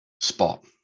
Spot